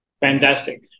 Fantastic